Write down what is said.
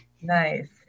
nice